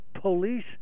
police